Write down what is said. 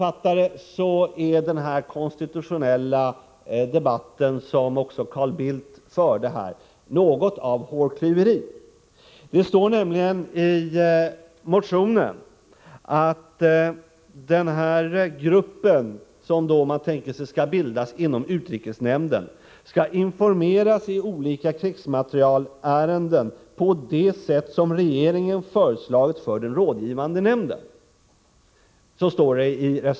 Att föra denna konstitutionella debatt, som också Carl Bildt deltog i, är som jag uppfattar det att hänge sig åt hårklyverier. I reservationen står det nämligen att den grupp som man vill skall bildas inom utrikesnämnden skall informeras i olika krigsmaterielärenden ”på det sätt som regeringen föreslagit för den rådgivande nämnden”.